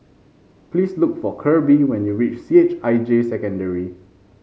please look for Kirby when you reach C H I J Secondary